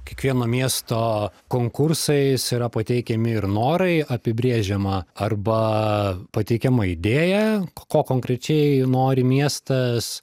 kiekvieno miesto konkursais yra pateikiami ir norai apibrėžiama arba pateikiama idėja ko konkrečiai nori miestas